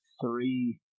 three